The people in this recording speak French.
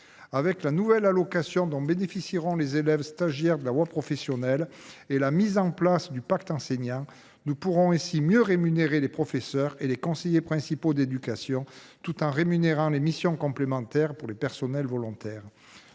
Avec la nouvelle allocation dont bénéficieront les élèves stagiaires de la voie professionnelle et la mise en place du pacte enseignant, nous pourrons mieux rémunérer les professeurs et les conseillers principaux d’éducation, tout en rémunérant les personnels volontaires pour l’exécution de missions